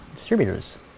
Distributors